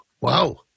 Wow